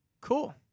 Cool